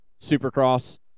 supercross